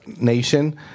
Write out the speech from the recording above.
nation